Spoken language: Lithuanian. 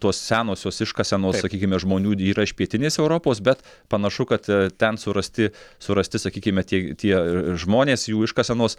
tos senosios iškasenos sakykime žmonių yra iš pietinės europos bet panašu kad ten surasti surasti sakykime tie tie žmonės jų iškasenos